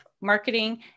Marketing